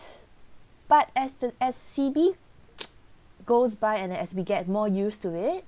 but as the as C_B goes by and as we get more used to it